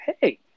Hey